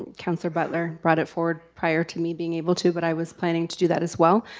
councilor butler brought it forward prior to me being able to, but i was planning to do that as well.